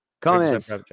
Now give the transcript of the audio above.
Comments